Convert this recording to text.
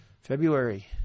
February